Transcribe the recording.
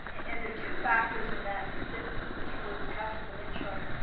and there are two factors in that specific particularly with taxes and insurance,